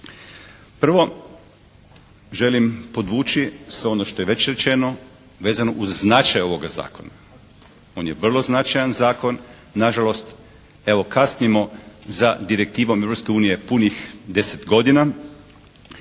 Prvo, želim podvući sve ono što je već rečeno vezano uz značaj ovoga zakona. On je vrlo značajan zakon. Nažalost evo kasnimo za direktivom Europske unije punih 10 godina.